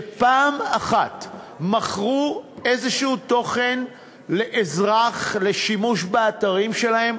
שפעם אחת מכרו תוכן כלשהו לאזרח לשימוש באתרים שלהן,